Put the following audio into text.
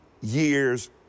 Year's